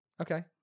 okay